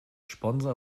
sponsor